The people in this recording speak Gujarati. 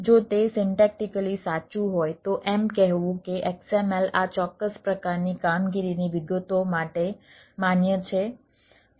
જો તે સિન્ટેક્ટીકલી સાચું હોય તો એમ કહેવું કે XML આ ચોક્કસ પ્રકારની કામગીરીની વિગતો માટે માન્ય છે શોધી રહ્યાં છીએ